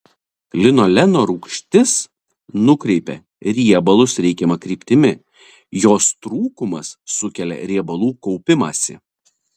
linoleno rūgštis nukreipia riebalus reikiama kryptimi jos trūkumas sukelia riebalų kaupimąsi